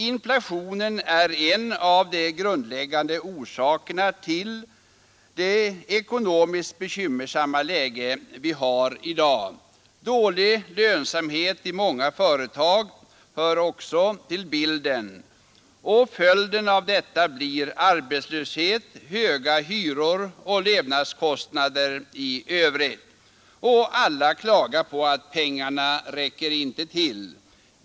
Inflationen är en av de grundläggande orsakerna till det ekonomiskt bekymmersamma läge vi har i dag. Dålig lönsamhet i många företag hör också till bilden. Följden av detta blir arbetslöshet, höga hyror och levnadskostnader i övrigt. Och alla klagar på att pengarna inte räcker till.